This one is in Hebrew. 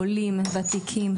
עולים חדשים, וותיקים,